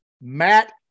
matt